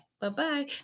Bye-bye